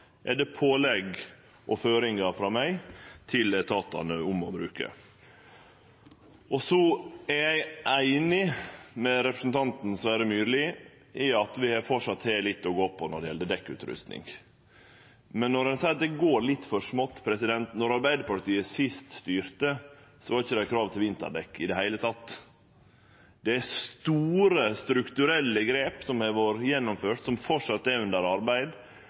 er det pålegg og føringar frå meg til etatane om å bruke. Så er eg einig med representanten Sverre Myrli i at vi framleis har litt å gå på når det gjeld dekkutrusting. Men når ein seier at det går litt for smått: Då Arbeiderpartiet sist styrte, var det ikkje krav til vinterdekk i det heile. Det er gjennomført store, strukturelle grep , som framleis er under arbeid,